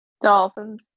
Dolphins